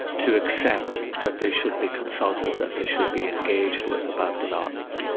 to accept that they should be consulted, that they should be engaged with about developments.